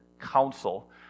council